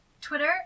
Twitter